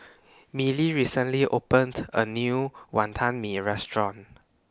Milly recently opened A New Wonton Mee Restaurant